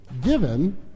given